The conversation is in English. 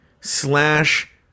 slash